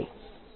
Thank you